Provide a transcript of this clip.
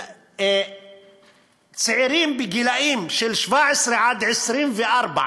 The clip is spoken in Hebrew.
צעירים בגיל 17 24,